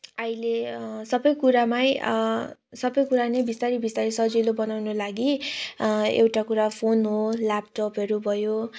अहिले सबै कुरामै सबै कुरा नै बिस्तारै बिस्तारै सजिलो बनाउनु लागि एउटा कुरा फोन हो ल्यापटपहरू भयो